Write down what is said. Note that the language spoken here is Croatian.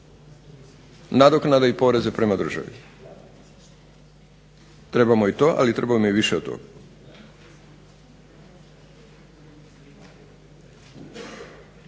nadoknade i poreze prema državi. Trebamo i to, ali trebamo i više od toga.